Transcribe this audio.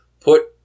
put